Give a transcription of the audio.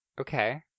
Okay